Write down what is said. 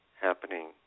happening